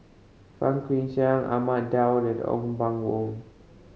Fang Guixiang Ahmad Daud and Ong Pang Boon